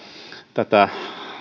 tätä